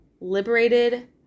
liberated